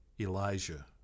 Elijah